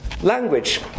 Language